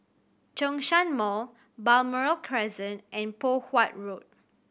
Zhongshan Mall Balmoral Crescent and Poh Huat Road